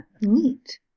Neat